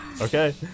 Okay